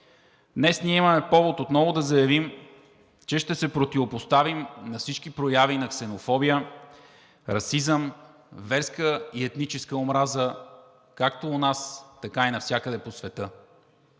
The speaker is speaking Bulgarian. Днес ние имаме повод отново да заявим, че ще се противопоставим на всички прояви на ксенофобия, расизъм, верска и етническа омраза както у нас, така и навсякъде по света.